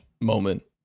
moment